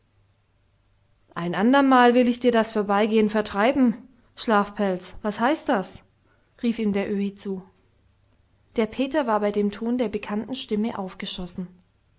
ein andermal will ich dir das vorbeigehen vertreiben schlafpelz was heißt das rief ihm der öhi zu der peter war bei dem ton der bekannten stimme aufgeschossen